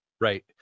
Right